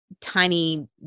tiny